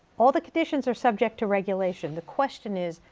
all the conditions are subject to regulation. the question is,